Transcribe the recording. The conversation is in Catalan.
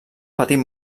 petit